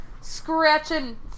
scratching